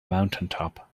mountaintop